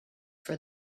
for